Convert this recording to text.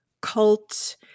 cult